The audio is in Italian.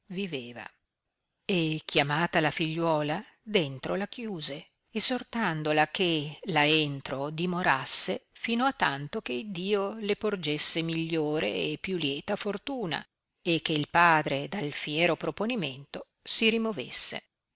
viveva e chiamata la figliuola dentro la chiuse essortandola che là entro dimorasse fino a tanto che iddio le porgesse migliore e più lieta fortuna e che il padre dal fiero proponimento si rimovesse